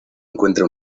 encuentra